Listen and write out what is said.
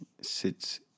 sits